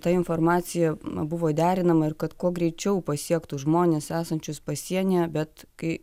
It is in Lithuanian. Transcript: ta informacija na buvo derinama ir kad kuo greičiau pasiektų žmones esančius pasienyje bet kai